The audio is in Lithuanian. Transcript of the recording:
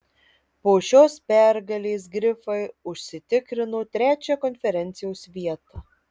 po šios pergalės grifai užsitikrino trečią konferencijos vietą